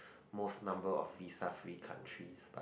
most number of visa free countries but